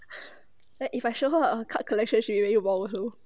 like if I show her her uncut collection she really will !whoa! also